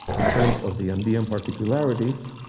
in terms of the and and particularities,